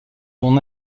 l’on